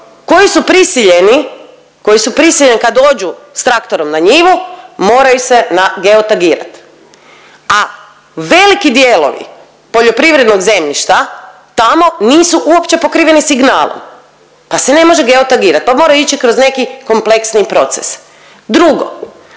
koji su prisiljeni, koji su prisiljeni kad dođu s traktorom na njivu, moraju se nageotagirat, a veliki dijelovi poljoprivrednog zemljišta tamo nisu uopće pokriveni signalom, pa se ne može geotagirat, pa moraju ići kroz neki kompleksni proces. Drugo,